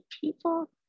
people